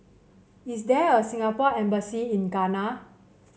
is there a Singapore Embassy in Ghana